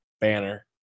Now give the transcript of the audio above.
banner